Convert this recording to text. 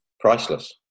priceless